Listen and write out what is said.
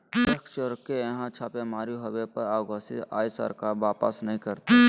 tax चोर के यहां छापेमारी होबो पर अघोषित आय सरकार वापस नय करतय